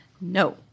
No